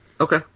Okay